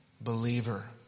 believer